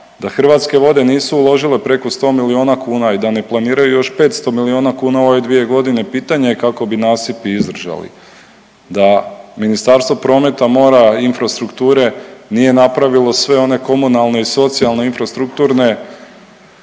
da Hrvatske vode nisu uložile preko 100 milijuna kuna i da ne planiraju još 500 milijuna kuna u ove dvije godine, pitanje je kako bi nasipi izdržali. Da Ministarstvo prometa, mora i infrastrukture nije napravilo sve one komunalne i socijalne infrastrukturne